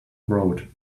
wrote